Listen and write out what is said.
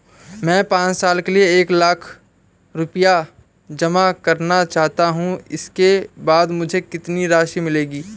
मैं पाँच साल के लिए एक लाख रूपए जमा करना चाहता हूँ इसके बाद मुझे कितनी राशि मिलेगी?